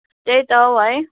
त्यही त हौ है